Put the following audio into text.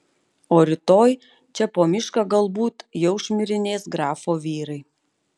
o rytoj čia po mišką galbūt jau šmirinės grafo vyrai